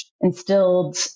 instilled